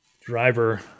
driver